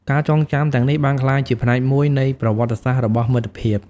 ការចងចាំទាំងនេះបានក្លាយជាផ្នែកមួយនៃប្រវត្តិសាស្ត្ររបស់មិត្តភាព។